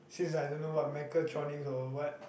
since that I don't know what mechatronics or what